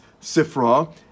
Sifra